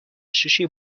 sushi